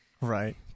Right